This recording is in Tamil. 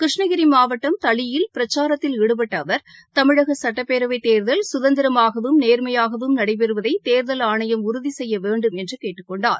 கிருஷ்ணகிரி மாவட்டம் தளியில் பிரச்சாரத்தில் ஈடுபட்ட அவர் தமிழக சட்டப்பேரவைத் தேர்தல் கதந்திரமாகவும் நேர்மையாகவும் நடைபெறுவதை தேர்தல் ஆணையம் உறுதி செய்ய வேண்டும் என்றார்